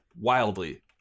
wildly